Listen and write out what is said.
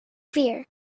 clear